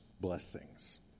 blessings